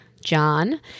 john